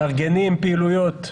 מארגנים פעילויות לזכרה.